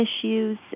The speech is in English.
issues